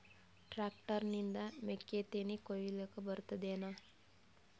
Tractor ನಿಂದ ಮೆಕ್ಕಿತೆನಿ ಕೊಯ್ಯಲಿಕ್ ಬರತದೆನ?